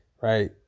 right